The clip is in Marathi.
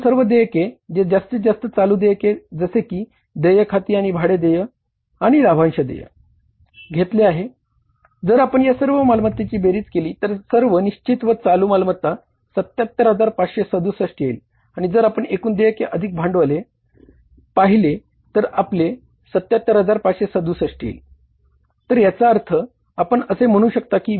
तर आपण सर्व देयके जे जास्तीत जास्त चालू देयके जसे की देय खाती असते असे आपण म्हणू शकता